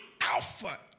alpha